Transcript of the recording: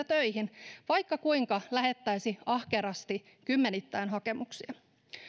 töihin vaikka kuinka lähettäisi ahkerasti kymmenittäin hakemuksia